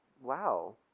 Wow